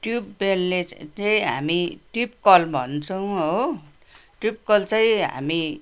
tube वेलले चाहिँ हामी ट्युब कल भन्छौँ हो ट्युब कल चाहिँ हामी